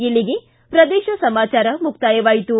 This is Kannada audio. ಇಲ್ಲಿಗೆ ಪ್ರದೇಶ ಸಮಾಚಾರ ಮುಕ್ತಾಯವಾಯಿತು